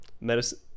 medicine